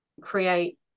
create